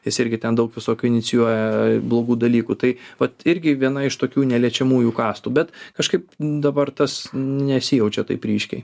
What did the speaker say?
jis irgi ten daug visokių inicijuoja blogų dalykų tai vat irgi viena iš tokių neliečiamųjų kastų bet kažkaip dabar tas nesijaučia taip ryškiai